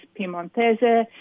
Piemontese